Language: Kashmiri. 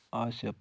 آصف